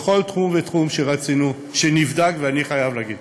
בכל תחום ותחום שנבדק ואני חייב להגיד.